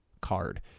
card